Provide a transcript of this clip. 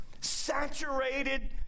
saturated